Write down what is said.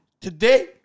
today